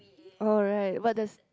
oh right what does